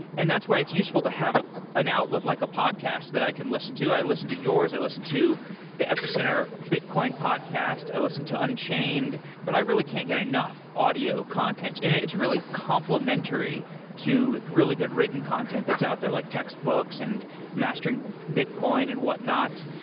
and that's why it's useful to have an outlet like a podcast that i can listen to. i listen to yours. i listen to the epicenter bitcoin podcast. i listen to unchained, but i really can't get enough audio contents. it's really complementary to really good written content that's out there, like textbooks and mastering bitcoin and whatnot.